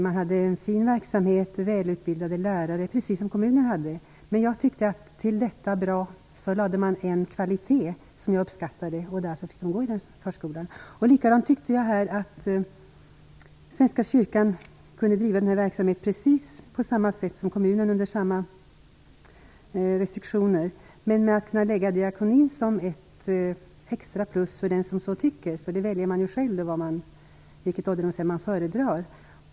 Man hade en fin verksamhet med välutbildade lärare precis som kommunen, men jag tyckte att man till detta lade en kvalitet som jag uppskattade. Därför fick barnen gå i den förskolan. Jag tycker att Svenska kyrkan skulle kunna driva verksamheten precis på samma sätt och under samma restriktioner som kommunen, men dessutom lägga till diakonin som ett extra plus för den som så tycker. Man väljer ju själv vilket ålderdomshem man föredrar.